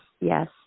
yes